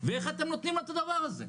ואיך אתם נותנים את הדבר הזה?